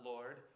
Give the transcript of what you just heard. Lord